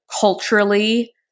culturally